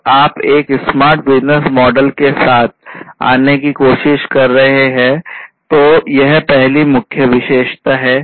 जब आप एक स्मार्ट बिजनेस मॉडल के साथ आने की कोशिश कर रहे हैं तो यह पहली मुख्य विशेषता है